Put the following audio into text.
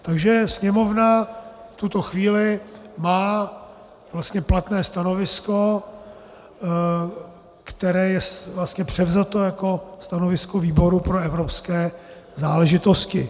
Takže Sněmovna v tuto chvíli má vlastně platné stanovisko, které je vlastně převzato jako stanovisko výboru pro evropské záležitosti.